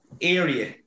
area